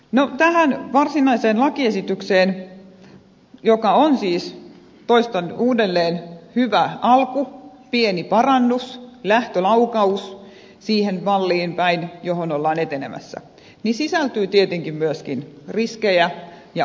no tähän varsinaiseen lakiesitykseen joka on siis toistan uudelleen hyvä alku pieni parannus lähtölaukaus siihen malliin päin johon ollaan etenemässä sisältyy tietenkin myöskin riskejä ja ongelmia